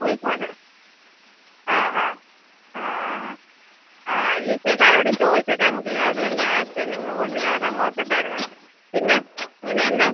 കുഴപ്പം ഇല്ല ആ ആ ആ ആ ആ ആ ചേച്ചി എല്ലാവരോടും ചോദിച്ചിട്ട് നമുക്ക് അത് തന്നെ ആ അരി തന്നെ ഇങ്ങ് കൊണ്ടുവരാമല്ലോ എന്ന് ഓർത്തിട്ടായിരുന്നു പിന്നെ